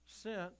sent